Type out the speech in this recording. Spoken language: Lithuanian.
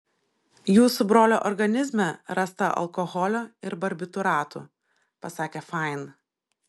jūsų brolio organizme rasta alkoholio ir barbitūratų pasakė fain